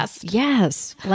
Yes